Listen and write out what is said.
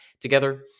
together